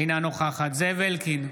אינה נוכחת זאב אלקין,